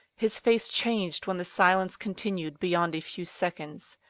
his face changed when the silence continued beyond a few seconds.